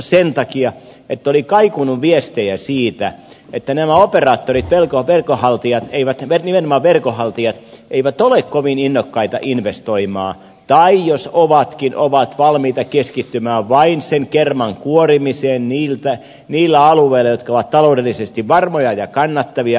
sen takia että oli kaikunut viestejä siitä että nämä operaattorit verkonhaltijat nimenomaan verkonhaltijat eivät ole kovin innokkaita investoimaan tai jos ovatkin ovat valmiita keskittymään vain sen kerman kuorimiseen niillä alueilla jotka ovat taloudellisesti varmoja ja kannattavia